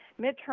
midterm